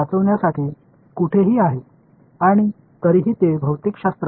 நிலைமையைக் காப்பாற்றுவதற்கும் இயற்பியலில் உண்மையாக இருப்பதற்கும் எங்கும் இருக்கிறதா